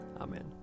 Amen